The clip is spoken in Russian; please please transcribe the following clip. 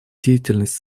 деятельность